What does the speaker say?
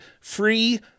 free